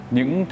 Những